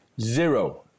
zero